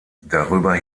darüber